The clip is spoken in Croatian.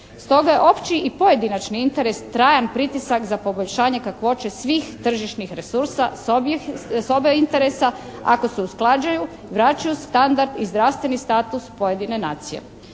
Stoga je opći i pojedinačni interes trajan pritisak za poboljšanje kakvoće svih tržišnih resursa sa oba interesa ako se usklađuju vraćaju standard i zdravstveni status pojedine nacije.